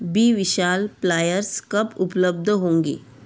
B विशाल pliers कब उपलब्ध होंगे